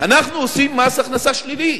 אנחנו עושים מס הכנסה שלילי.